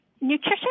nutrition